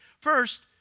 First